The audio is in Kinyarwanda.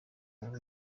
rwabo